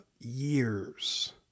years